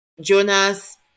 Jonas